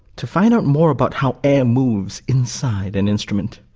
to find out more about how air moves inside an instrument.